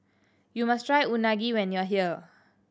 you must try Unagi when you are here